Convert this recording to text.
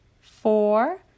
four